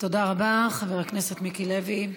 תודה רבה, חבר הכנסת מיקי לוי.